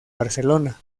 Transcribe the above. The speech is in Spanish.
barcelona